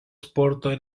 sporto